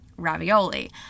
ravioli